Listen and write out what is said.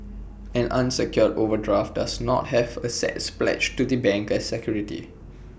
an unsecured overdraft does not have assets pledged to the bank as security